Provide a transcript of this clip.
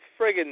friggin